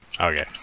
Okay